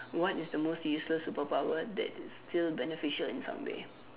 what is the most useless superpower that is still beneficial in some way